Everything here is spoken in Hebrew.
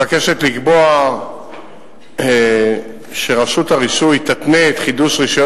מבקשת לקבוע שרשות הרישוי תתנה את חידוש רשיון